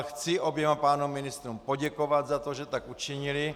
Chci oběma pánům ministrům poděkovat za to, že tak učinili.